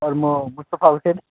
sir म मुस्तफा हुसेन